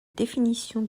définition